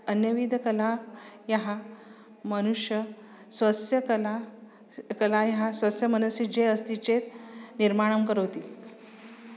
अन्यविधकला याः मनुष्यः स्वस्य कला कलायाः स्वस्य मनसि ये अस्ति चेत् निर्माणं करोति